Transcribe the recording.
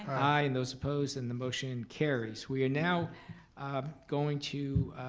aye. and those opposed and the motion carries. we are now going to